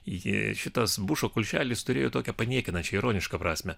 ji šitas bušo kulšelės turėjo tokią paniekinančią ironišką prasmę